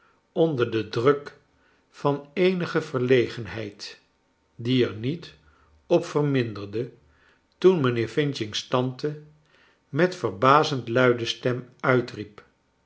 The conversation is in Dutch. onder den druk van eenige verlegenheid die er niet op vcrminderde toen mijnheer f's tante met verbazend luide stem uitriep